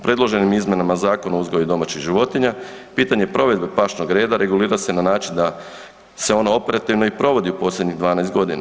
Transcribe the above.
Predloženim izmjenama Zakona o uzgoju domaćih životinja pitanje provedbe pašnog reda regulira se na način da se ono operativno i provodi u posljednjih 12 godina.